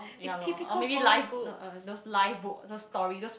ya lor or maybe life not uh those life book those story just